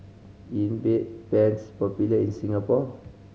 is Bedpans popular in Singapore